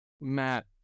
Matt